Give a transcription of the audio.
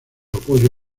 apoyo